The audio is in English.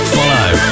Follow